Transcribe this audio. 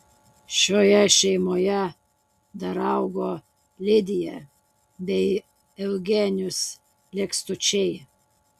šioje šeimoje dar augo lidija bei eugenijus lekstučiai